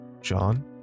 John